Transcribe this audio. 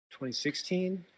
2016